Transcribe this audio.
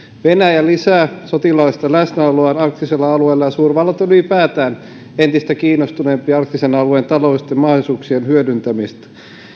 venäjä lisää sotilaallista läsnäoloaan arktisella alueella ja suurvallat ovat ylipäätään entistä kiinnostuneempia arktisen alueen taloudellisten mahdollisuuksien hyödyntämisestä